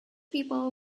people